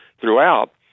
throughout